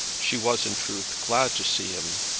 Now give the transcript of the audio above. she was in truth glad to see him,